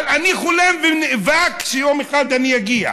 אבל אני חולם ונאבק שיום אחד אני אגיע.